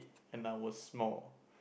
and I was small